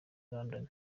london